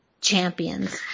champions